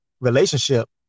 relationship